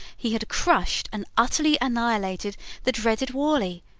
he had crushed and utterly annihilated the dreaded worley,